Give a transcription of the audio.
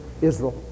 Israel